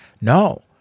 No